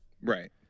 Right